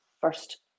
first